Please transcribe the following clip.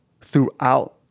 throughout